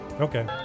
Okay